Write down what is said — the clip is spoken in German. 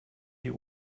die